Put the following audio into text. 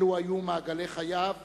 אלו היו מעגלי חייו,